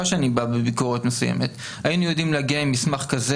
שאני בא בביקורת מסוימת היינו יודעים להגיע עם מסמך כזה.